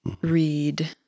read